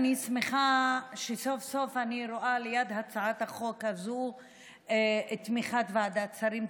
אני שמחה שסוף-סוף אני רואה ליד הצעת החוק הזו את תמיכת ועדת השרים,